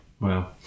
Wow